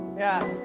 yeah